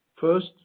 First